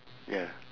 ya